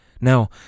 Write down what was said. Now